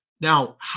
Now